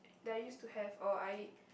that I use to have or I